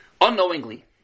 unknowingly